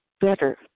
better